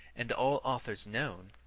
and all authors known,